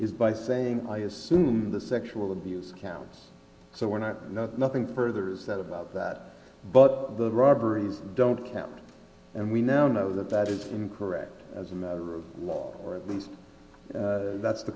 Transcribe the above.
is by saying i assume the sexual abuse counts so we're not nothing further is that about that but the robberies don't count and we now know that that is incorrect as a matter of law or at least that's the